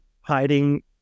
hiding